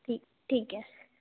ठीक ठीक है